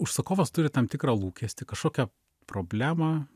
užsakovas turi tam tikrą lūkestį kažkokią problemą